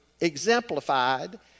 exemplified